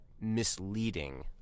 misleading